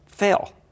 fail